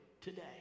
today